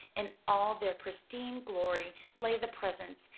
in all their pristine glory, lay the presents,